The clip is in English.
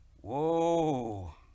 Whoa